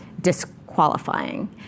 disqualifying